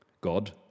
God